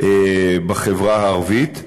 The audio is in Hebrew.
בחברה הערבית.